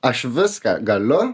aš viską galiu